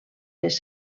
les